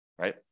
right